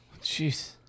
Jeez